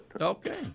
Okay